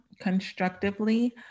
constructively